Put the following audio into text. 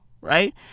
right